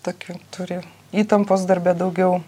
tokių turi įtampos darbe daugiau